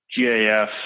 gaf